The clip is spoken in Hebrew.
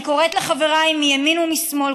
אני קוראת לחבריי מימין ומשמאל,